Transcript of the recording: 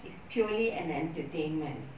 is purely an entertainment